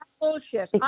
Bullshit